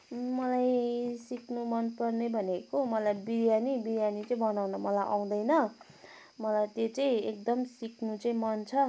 मलाई सिक्नु मनपर्ने भनेको मलाई बिरयानी बिरयानी चाहिँ बनाउनु मलाई आउँदैन मलाई त्यो चाहिँ एकदम सिक्नु चाहिँ मन छ